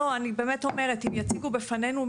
לא, אני באמת אומרת, אם יציגו בפנינו.